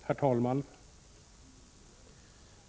Herr talman!